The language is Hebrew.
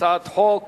הצעת חוק